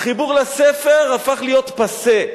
החיבור לספר הפך להיות פאסה.